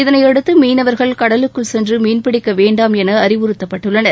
இதனையடுத்து கடலுக்குள் சென்று மீன் பிடிக்க வேண்டாம் என அறிவுறுத்தப்பட்டுள்ளனர்